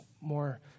more